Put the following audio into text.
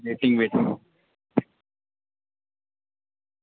waiting बिच्च